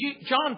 John